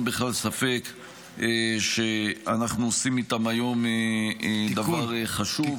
בכלל ספק שאנחנו עושים איתם היום דבר חשוב.